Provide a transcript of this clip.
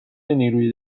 نیروی